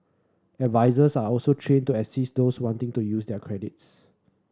advisers are also trained to assist those wanting to use their credits